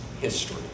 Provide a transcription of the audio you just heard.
history